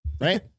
right